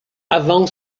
avant